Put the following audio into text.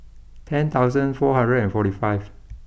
ten thousand four hundred and forty five